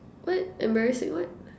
what embarrassing what